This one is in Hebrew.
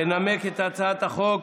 תנמק את הצעת החוק